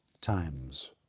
times